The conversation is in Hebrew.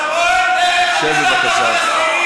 שב בבקשה.